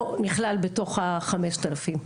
לא נכלל בתוך ה-5,000.